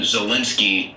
Zelensky